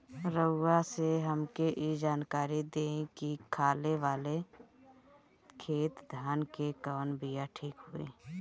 रउआ से हमके ई जानकारी देई की खाले वाले खेत धान के कवन बीया ठीक होई?